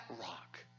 rock